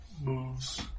moves